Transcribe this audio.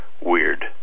weird